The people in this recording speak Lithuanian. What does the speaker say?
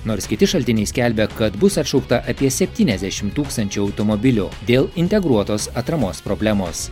nors kiti šaltiniai skelbia kad bus atšaukta apie septyniasdešim tūkstančių automobilių dėl integruotos atramos problemos